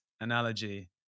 analogy